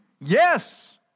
Yes